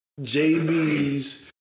JB's